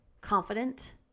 confident